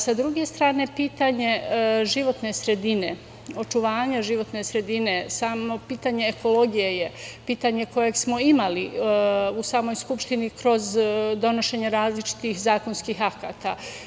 Sa druge strane, pitanje životne sredine, očuvanja životne sredine, samo pitanje ekologije je pitanje koje smo imali u samoj Skupštini kroz donošenje različitih zakonskih akata.